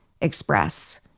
express